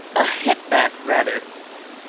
a hip-bath rather!